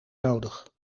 nodig